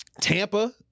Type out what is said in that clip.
Tampa